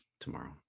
tomorrow